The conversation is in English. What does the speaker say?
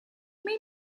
may